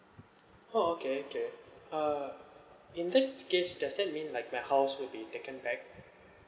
oh okay okay uh in this case does that mean like my house will be taken back